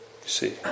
see